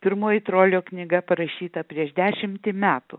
pirmoji trolio knyga parašyta prieš dešimtį metų